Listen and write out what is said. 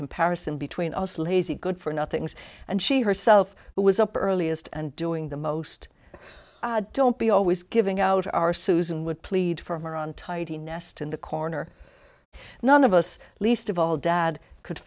comparison between us lazy good for nothings and she herself was up earliest and doing the most don't be always giving out our susan would plead for her on tidy nest in the corner none of us least of all dad could